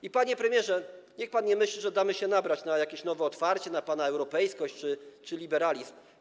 I, panie premierze, niech pan nie myśli, że damy się nabrać na jakieś nowe otwarcie, na pana europejskość czy liberalizm.